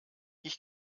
ich